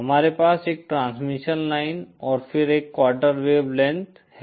हमारे पास एक ट्रांसमिशन लाइन और फिर एक क्वार्टर वेव लेंथ है